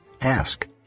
ask